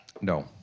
No